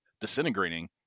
disintegrating